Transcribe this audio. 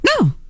No